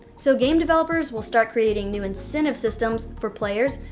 so game developers will start creating new incentive systems for players,